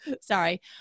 sorry